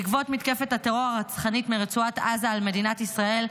בעקבות מתקפת הטרור הרצחנית מרצועת עזה על מדינת ישראל,